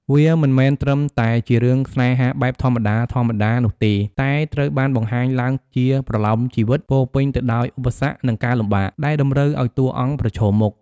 វាមិនមែនត្រឹមតែជារឿងស្នេហាបែបធម្មតាៗនោះទេ តែត្រូវបានបង្ហាញឡើងជា ប្រលោមជីវិត ពោរពេញទៅដោយឧបសគ្គ និងការលំបាក ដែលតម្រូវឱ្យតួអង្គប្រឈមមុខ។